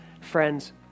Friends